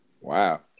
Wow